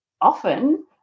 Often